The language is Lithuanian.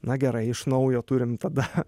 na gerai iš naujo turim tada